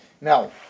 Now